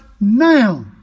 now